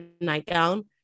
nightgown